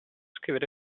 scrivere